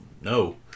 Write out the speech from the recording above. no